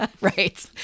Right